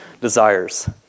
desires